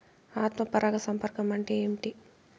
ఆత్మ పరాగ సంపర్కం అంటే ఏంటి?